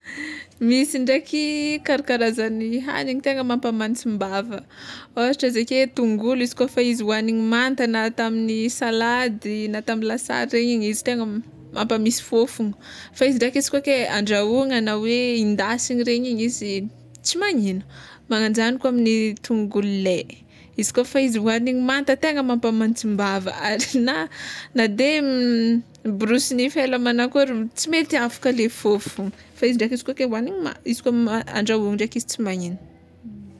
Misy ndraiky karakarazagny hagniny tegna mampamantsim-bava, ôhatra izy ake tongolo izy kôfa izy hoagniny manta na atao amy salady na tamy lasary regny igny izy tegna mampamisy fôfogno, fa izy ndraiky izy koa ke andrahoana na hoe hindasigny regny igny izy tsy magninona, magnagno zagny koa amin'ny tongolo ley izy kôfa vao hoagniny manta tegna mampamantsim-bava na na de miborosy ela manankory tsy mety afaka le fofogno, fa izy ndraiky izy koa ke hoagniny ma- izy koa handrahogny ndraiky izy tsy maninona.